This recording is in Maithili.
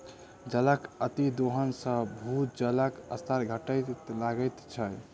जलक अतिदोहन सॅ भूजलक स्तर घटय लगैत छै